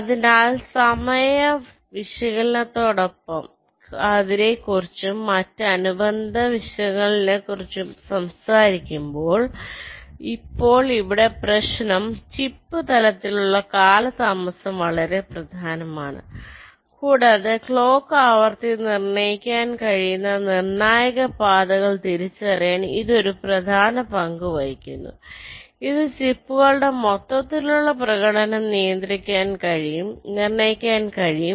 അതിനാൽ സമയ വിശകലനത്തെക്കുറിച്ചും മറ്റ് അനുബന്ധ പ്രശ്നങ്ങളെക്കുറിച്ചും സംസാരിക്കുമ്പോൾ ഇപ്പോൾ ഇവിടെ പ്രശ്നം ചിപ്പ് തലത്തിലുള്ള കാലതാമസം വളരെ പ്രധാനമാണ് കൂടാതെ ക്ലോക്ക് ആവൃത്തി നിർണ്ണയിക്കാൻ കഴിയുന്ന നിർണായക പാതകൾ തിരിച്ചറിയാൻ ഇത് ഒരു പ്രധാന പങ്ക് വഹിക്കുന്നു ഇത് ചിപ്പുകളുടെ മൊത്തത്തിലുള്ള പ്രകടനം നിർണ്ണയിക്കാൻ കഴിയും